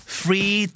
free